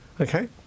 okay